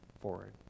forward